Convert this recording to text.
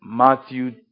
Matthew